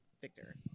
Victor